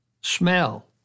smell